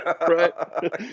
Right